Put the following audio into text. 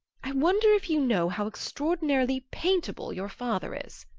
i wonder if you know how extraordinarily paintable your father is?